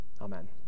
Amen